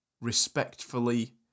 respectfully